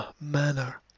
manner